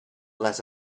let